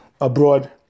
abroad